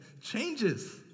changes